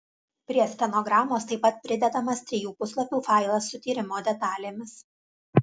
prie stenogramos taip pat pridedamas trijų puslapių failas su tyrimo detalėmis